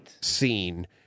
seen